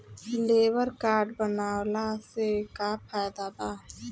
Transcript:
Labour card बनवाला से का फायदा बा?